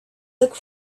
look